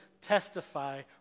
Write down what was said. testify